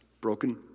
broken